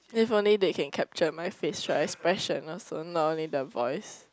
if only they can capture my facial expression also not only the voice